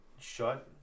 shut